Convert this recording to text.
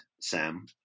Sam